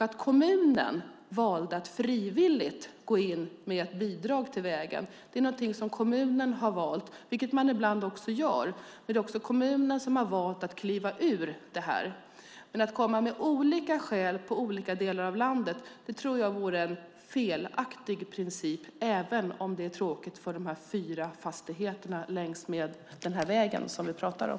Att kommunen valde att frivilligt gå in med ett bidrag till vägen är någonting som kommunen har valt, vilket man ibland också gör. Det är också kommunen som har valt att kliva ur det åtagandet. Att komma med olika skäl i olika delar av landet tror jag vore en felaktig princip, även om det är tråkigt för de fyra fastigheterna längs med den väg som vi pratar om.